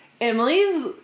Emily's